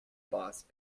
boss